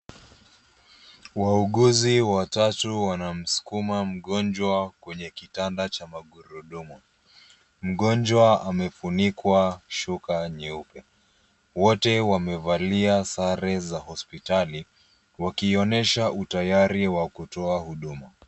Wauguzi watatu wanamsukuma mgonjwa kwenye kitanda cha magurudumu. Mgonjwa amefunikwa shuka nyeupe. Wote wamevalia sare za hospitali wakionyesha utayari wa kutoa huduma.